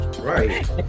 Right